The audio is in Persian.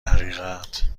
حقیقت